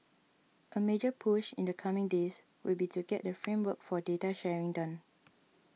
a major push in the coming days would be to get the framework for data sharing done